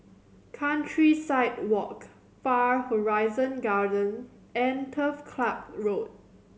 Countryside Walk Far Horizon Garden and Turf Club Road